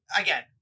again